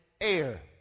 air